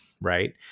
Right